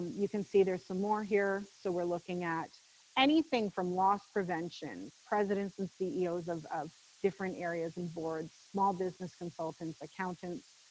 you can see there's some more here. so we're looking at anything from loss prevention presidents and ceos of of different areas and boards, small business consultants, accountants,